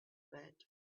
bed